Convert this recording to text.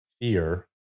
fear